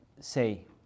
say